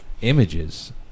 images